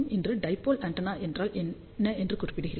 இன்று dipole antenna என்றால் என்ன என்று குறிப்பிட்டேன்